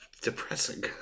depressing